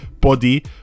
Body